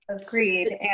Agreed